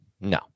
No